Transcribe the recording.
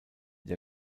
der